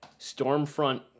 Stormfront